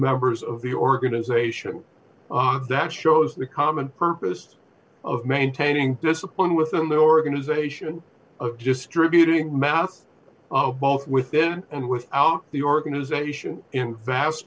members of the organization that shows the common purpose of maintaining discipline within the organization just tributed mouth oh both within and without the organization in vas